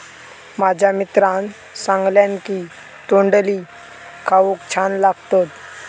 माझ्या मित्रान सांगल्यान की तोंडली खाऊक छान लागतत